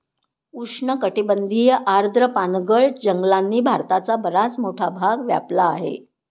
उष्णकटिबंधीय आर्द्र पानगळ जंगलांनी भारताचा बराच मोठा भाग व्यापला आहे